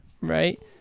right